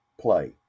play